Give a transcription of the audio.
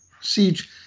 siege